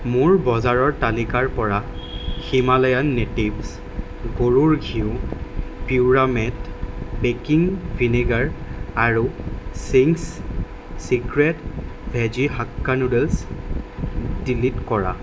মোৰ বজাৰৰ তালিকাৰ পৰা হিমালয়ান নেটিভ্ছ গৰুৰ ঘিউ পিউৰামেট বেকিং ভিনেগাৰ আৰু Ching's secret veggie hakka noodles delete কৰা